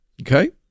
okay